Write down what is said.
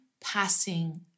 passing